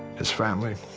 his family